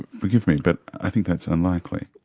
forgive me, but i think that's unlikely.